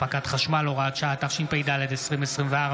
התשפ"ד 2024,